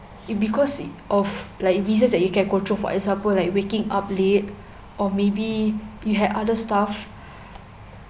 it because of like reasons that you can control for example like waking up late or maybe you had other stuff